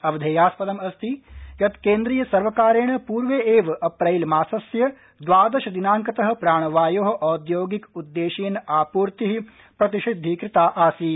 अवधेयास्पदम् अस्ति यत् केन्द्रीय सर्वकारेण पूर्वे एव अप्रैल मासस्य द्वादशदिनांकतः प्राणवायोः औद्योगिक उद्देशेन आपूर्तिः प्रतिषिद्धिकृता आसीत्